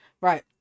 right